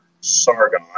Sargon